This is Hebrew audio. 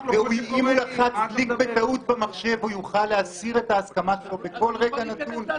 אם הוא לחץ בטעות הוא יכול להסיר את ההסכמה שלו בכל רגע נתון.